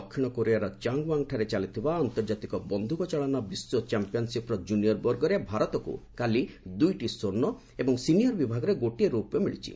ଦକ୍ଷିଣ କୋରିଆର Changwon ଠାରେ ଚାଲିଥିବା ଆର୍ନ୍ତକାତିକ ବନ୍ଧୁକ ଚାଳନା ବିଶ୍ୱ ଚାମ୍ପିୟନଶିପର ଜୁନିୟର ବର୍ଗରେ ଭାରତକୁ କାଲି ଦୁଇଟି ସ୍ୱର୍ଣ୍ଣ ଏବଂ ସିନିୟର ବିଭାଗରେ ଗୋଟିଏ ରୌପ୍ୟ ପଦକ ମିଳିଛି